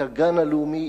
את הגן הלאומי,